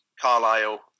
Carlisle